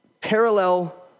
Parallel